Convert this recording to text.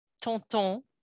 tonton